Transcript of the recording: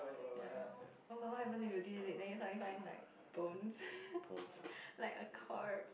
ya bones